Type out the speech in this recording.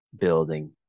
building